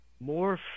more